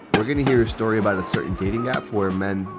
we're going to hear a story about a certain dating app where men,